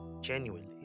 Genuinely